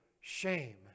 shame